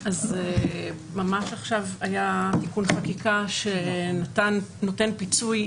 ממש עכשיו היה תיקון חקיקה שנותן פיצוי,